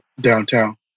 downtown